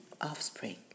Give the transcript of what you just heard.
offspring